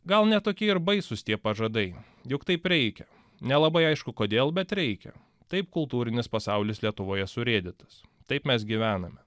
gal ne tokie ir baisūs tie pažadai juk taip reikia nelabai aišku kodėl bet reikia taip kultūrinis pasaulis lietuvoje surėdytas taip mes gyvename